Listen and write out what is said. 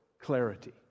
Clarity